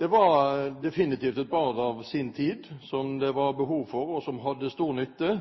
Det var definitivt et barn av sin tid som det var behov for, og som en hadde stor nytte